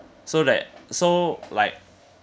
so that so like